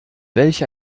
welch